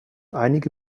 einige